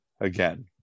again